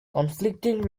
conflicting